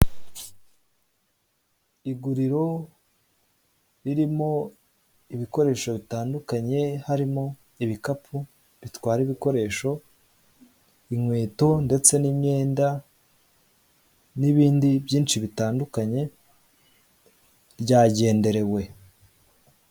Iguriro ririmo ibikoresho bitandukanye harimo ibikapu bitwara ibikoresho, inkweto ndetse n'imyenda n'ibindi byinshi bitandukanye ryagenderewe.